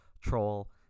Troll